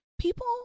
people